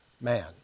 man